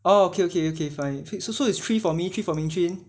oh okay okay okay fine s~ so it's three for me three for me three